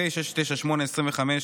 פ/698/25,